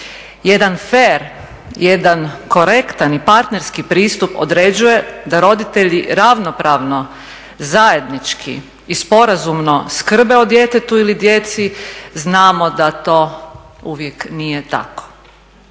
jedan fer, jedan korektan i partnerski pristup određuje da roditelji ravnopravno zajednički i sporazumno skrbe o djetetu ili djeci znamo da to uvijek nije tako.